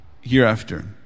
hereafter